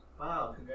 Wow